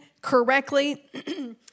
correctly